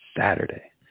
Saturday